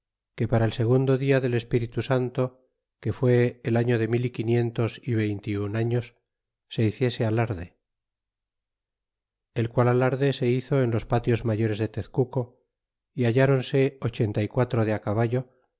que para el segundo dia del espíritu santo que fué el año de mil y quinientos ó veinte y un arios se hiciese alarde el qual alarde se hizo en los patios mayores de tezcuco y hallronse ochenta y quatro de caballo